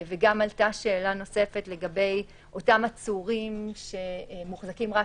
גם עלתה שאלה נוספת לגבי אותם עצורים שמוחזקים רק